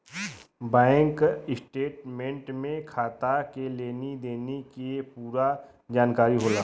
bank statement में खाता के लेनी देनी के पूरा जानकारी होला